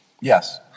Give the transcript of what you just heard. Yes